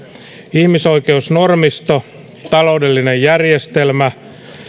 ihmisoikeusnormisto taloudellinen järjestelmä